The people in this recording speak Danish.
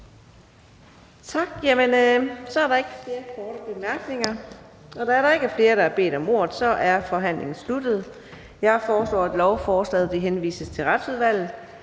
Tak. Så er der ikke flere korte bemærkninger. Da der ikke er flere, der har bedt om ordet, er forhandlingen sluttet. Jeg foreslår, at lovforslaget henvises til Retsudvalget.